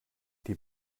die